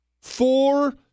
Four